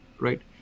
right